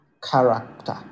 character